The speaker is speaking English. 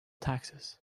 taxes